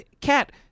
Cat